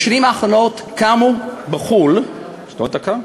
בשנים האחרונות קמו בחו"ל, יש לי עוד דקה?